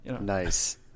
Nice